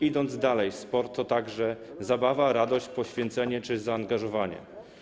Idąc dalej, sport to także zabawa, radość, poświęcenie czy zaangażowanie.